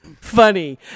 funny